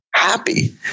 happy